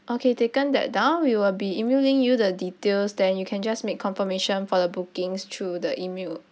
okay taken that down we will be emailing you the details then you can just make confirmation for the bookings through the email